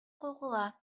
койгула